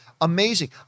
amazing